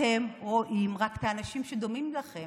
אתם רואים רק את האנשים שדומים לכם,